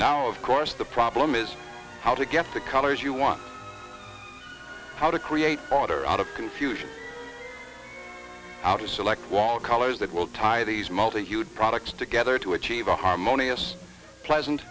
now of course the problem is how to get the colors you want how to create order out of confusion how to select wall colors that will tie these multi hued products together to achieve a harmonious pleasant